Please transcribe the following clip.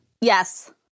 Yes